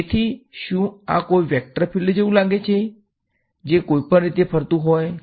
તેથી શું આ કોઈ વેક્ટર ફીલ્ડ જેવું લાગે છે જે કોઈપણ રીતે ફરતું હોય છે